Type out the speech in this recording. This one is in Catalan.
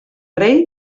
rei